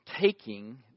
taking